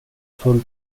full